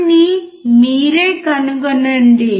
దాన్ని మీరే కనుగొనండి